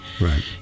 Right